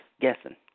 guessing